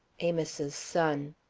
amos's son.